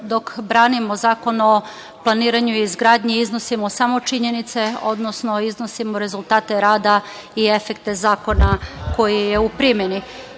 dok branimo Zakon o planiranju i izgradnji iznosimo samo činjenice, odnosno iznosimo rezultate rada i efekte zakona koji je u primeni. Ja